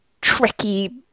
tricky